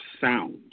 sound